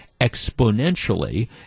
exponentially